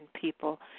people